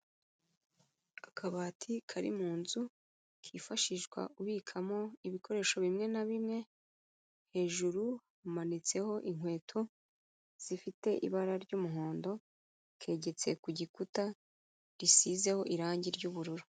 Akabati kari mu nzu, kifashishwa ubikamo ibikoresho bimwe na bimwe, hejuru hamanitseho inkweto zifite ibara ry'umuhondo, kegetse ku gikuta, risizeho irangi ry'ubururu.